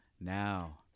now